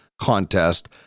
contest